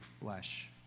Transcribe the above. flesh